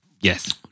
yes